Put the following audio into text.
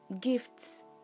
gifts